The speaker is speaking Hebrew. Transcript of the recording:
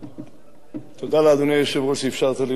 תודה לאדוני היושב-ראש על שאפשרת לי לדבר, תודה,